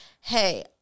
Hey